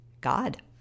God